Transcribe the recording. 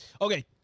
Okay